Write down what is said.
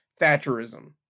Thatcherism